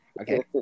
Okay